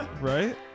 Right